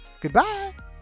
Goodbye